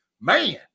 Man